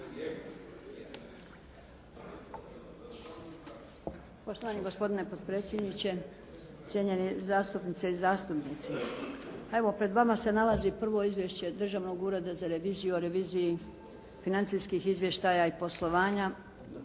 Poštovani gospodine potpredsjedniče, cijenjeni zastupnice i zastupnici. Evo pred vama se nalazi prvo izvješće Državnog ureda za reviziju o reviziji financijskih izvještaja i poslovanja